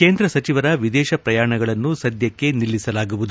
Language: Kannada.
ಕೇಂದ್ರ ಸಚಿವರ ವಿದೇಶ ಪ್ರಯಾಣಗಳನ್ನು ಸದ್ಯಕ್ಷೆ ನಿಲ್ಲಿಸಲಾಗುವುದು